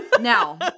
Now